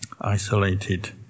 Isolated